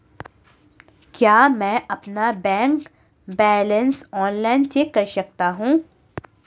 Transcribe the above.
क्या मैं अपना बैंक बैलेंस ऑनलाइन चेक कर सकता हूँ?